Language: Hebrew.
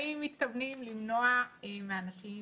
האם מתכוונים למנוע מאנשים